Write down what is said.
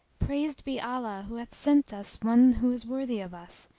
praised be allah who hath sent us one who is worthy of us,